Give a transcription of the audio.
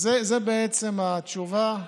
אז זו בעצם התשובה,